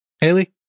Haley